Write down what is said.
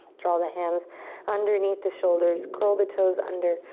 draw the hands underneath the shoulders, curl the toes under.